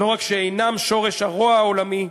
לא רק שאינם שורש הרוע העולמי,